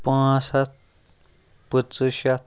پانٛژھ ہَتھ پٕنٛژٕ شَتھ